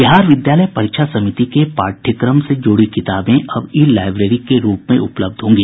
बिहार विद्यालय परीक्षा समिति के पाठ्यक्रम से जुड़ी किताबें अब ई लाईब्रेरी के रूप में उपलब्ध होंगी